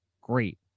great